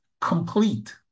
complete